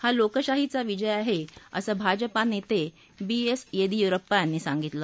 हा लोकशाहीचा विजय आहे असं भाजपा नेते बी एस येदियुरप्पा यांनी सांगितलं